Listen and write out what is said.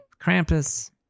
Krampus